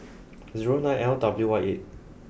zero nine L W Y eight